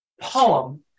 poem